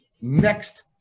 next